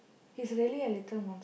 he's really a little mons~